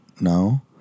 Now